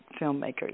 filmmakers